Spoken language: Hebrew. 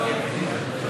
(חבר הכנסת אורן אסף חזן יוצא מאולם המליאה.)